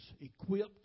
equipped